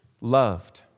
loved